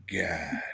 God